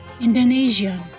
Indonesian